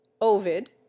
ovid